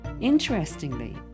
Interestingly